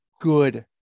good